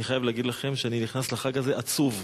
אני חייב להגיד לכם שאני נכנס לחג הזה עצוב.